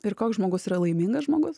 ir koks žmogus yra laimingas žmogus